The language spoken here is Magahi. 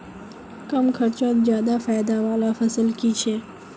कम खर्चोत ज्यादा फायदा वाला फसल की छे?